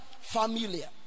familiar